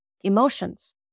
Emotions